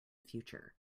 future